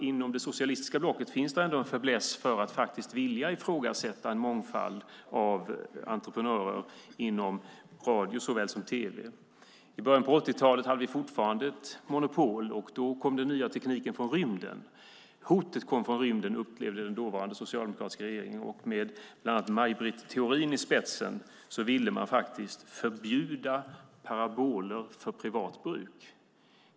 Inom det socialistiska blocket finns det tyvärr en fäbless för att vilja ifrågasätta en mångfald av entreprenörer inom radio och tv. I början av 80-talet hade vi fortfarande ett monopol. Då kom hotet från rymden, ansåg den dåvarande socialdemokratiska regeringen. Med Maj Britt Theorin i spetsen ville man förbjuda paraboler för privat bruk.